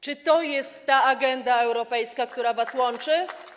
Czy to jest ta agenda europejska, która was łączy?